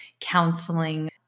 counseling